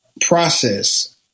process